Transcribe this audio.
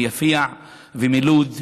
מיפיע ומלוד ומיפו.